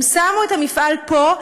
הם שמו את המפעל פה,